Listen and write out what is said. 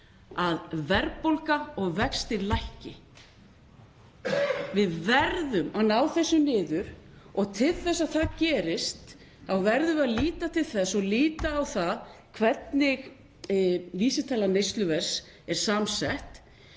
að verðbólga og vextir lækki. Við verðum að ná þessu niður og til þess að það gerist þá verðum við að líta á það hvernig vísitala neysluverðs er samsett.